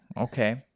Okay